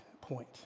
point